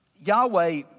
Yahweh